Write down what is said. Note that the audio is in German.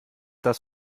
das